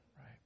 right